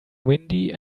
windy